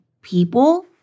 people